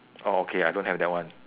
oh okay I don't have that one